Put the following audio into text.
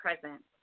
present